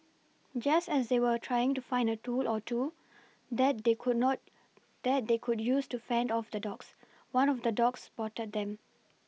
just as they were trying to find a tool or two that they could not that they could use to fend off the dogs one of the dogs spotted them